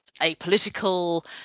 apolitical